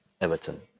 Everton